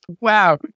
Wow